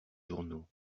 journaux